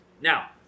Now